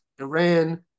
Iran